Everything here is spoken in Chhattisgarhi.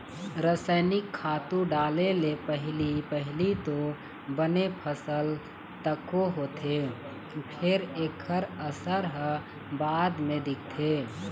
रसइनिक खातू डाले ले पहिली पहिली तो बने फसल तको होथे फेर एखर असर ह बाद म दिखथे